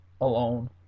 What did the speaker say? alone